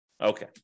Okay